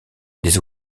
des